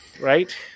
right